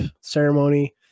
ceremony